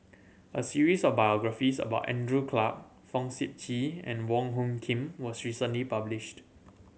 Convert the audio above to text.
a series of biographies about Andrew Clarke Fong Sip Chee and Wong Hung Khim was recently published